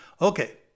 Okay